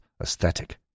aesthetic